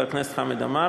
חבר הכנסת חמד עמאר,